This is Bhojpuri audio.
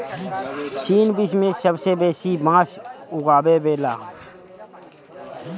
चीन विश्व में सबसे बेसी बांस उगावेला